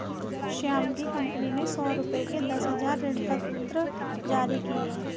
श्याम की कंपनी ने सौ रुपये के दस हजार ऋणपत्र जारी किए